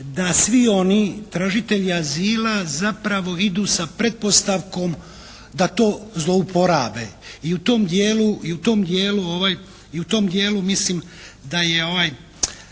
da svi oni tražitelji azila zapravo idu sa pretpostavkom da to zlouporabe. I u tom dijelu, i u tom dijelu